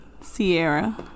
Sierra